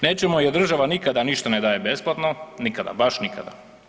Nećemo jer država nikad ništa ne daje besplatno, nikada, baš nikada.